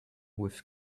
with